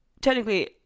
technically